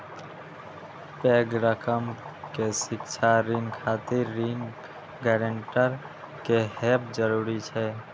पैघ रकम के शिक्षा ऋण खातिर ऋण गारंटर के हैब जरूरी छै